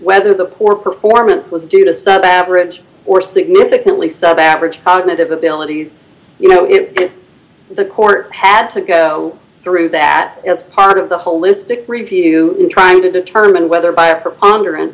whether the poor performance was due to sub average or significantly sub average cognitive abilities you know it the court had to go through that as part of the holistic review in trying to determine whether by a preponderance